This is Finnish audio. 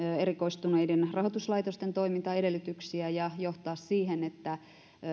erikoistuneiden rahoituslaitosten toimintaedellytyksiin ja johtaa siihen että